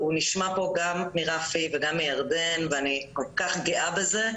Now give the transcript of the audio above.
והוא נשמע פה גם מרפי וגם מירדן ואני כל כך גאה בזה,